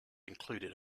included